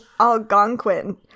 Algonquin